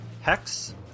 hex